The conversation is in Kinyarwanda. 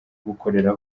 gukorera